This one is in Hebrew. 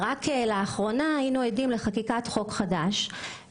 באחרונה היינו עדים לחקיקת חוק חדש,